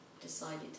decided